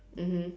mmhmm